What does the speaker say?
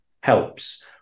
helps